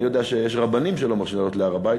אני יודע שיש רבנים שלא מרשים לעלות להר-הבית,